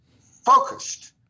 focused